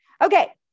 Okay